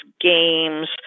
games